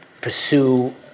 pursue